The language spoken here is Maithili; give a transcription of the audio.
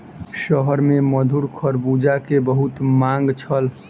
शहर में मधुर खरबूजा के बहुत मांग छल